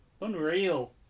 Unreal